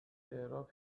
اعراب